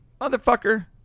motherfucker